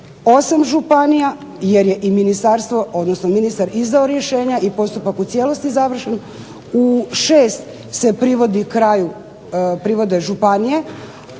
u 8 županija jer je Ministarstvo odnosno ministar izdao rješenja i postupak u cijelosti završen, u 6 se privodi kraju, privode županije,